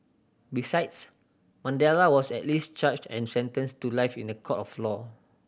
besides Mandela was at least charged and sentenced to life in a court of law